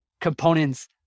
components